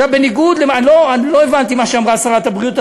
אני לא הבנתי מה שאמרה שרת הבריאות,